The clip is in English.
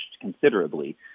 considerably